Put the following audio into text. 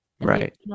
right